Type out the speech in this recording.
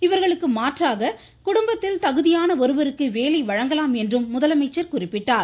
இவர்களுக்கு மாற்றாக குடும்பத்தில் தகுதியான ஒருவருக்கு வேலை வழங்கலாம் என்றும் முதலமைச்சர் குறிப்பிட்டார்